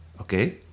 okay